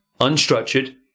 unstructured